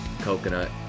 coconut